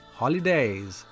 holidays